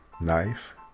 knife